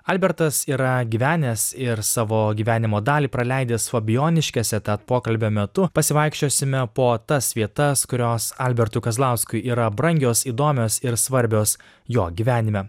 albertas yra gyvenęs ir savo gyvenimo dalį praleidęs fabijoniškėse tad pokalbio metu pasivaikščiosime po tas vietas kurios albertui kazlauskui yra brangios įdomios ir svarbios jo gyvenime